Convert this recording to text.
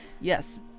Yes